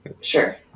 Sure